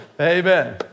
Amen